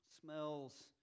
Smells